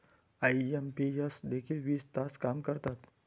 IMPS देखील वीस तास काम करतात?